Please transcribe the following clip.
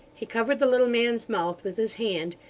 he covered the little man's mouth with his hand,